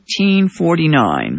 1849